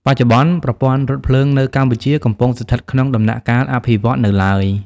បច្ចុប្បន្ន ប្រព័ន្ធរថភ្លើងនៅកម្ពុជាកំពុងស្ថិតក្នុងដំណាក់កាលអភិវឌ្ឍនៅឡើយ។